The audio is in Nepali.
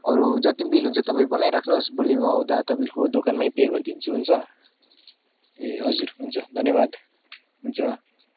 अरू जति बिल हुन्छ तपाईँ बनाइ राख्नुहोस् भोलि म आउँदा तपाईँको दोकानमै पे गरिदिन्छु हुन्छ ए हजुर हुन्छ धन्यवाद हुन्छ